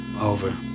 over